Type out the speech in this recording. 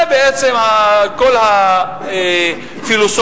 זה בעצם כל הפילוסופיה,